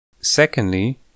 Secondly